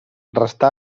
restà